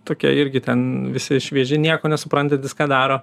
tokie irgi ten visi švieži nieko nesuprantantys ką daro